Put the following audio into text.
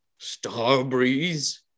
Starbreeze